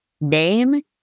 name